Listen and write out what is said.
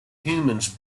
humans